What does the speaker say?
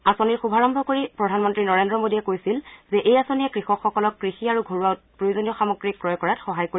আঁচনিৰ শুভাৰম্ভ কৰি প্ৰধানমন্ত্ৰী নৰেজ্ৰ মোদীয়ে কৈছিল যে এই আঁচনিয়ে কৃষকসকলক কৃষি আৰু ঘৰুৱা প্ৰয়োজনীয় সামগ্ৰী ক্ৰয় কৰাত সহায় কৰিব